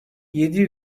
yedi